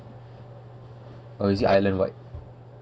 or is it island wide